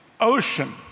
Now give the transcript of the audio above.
ocean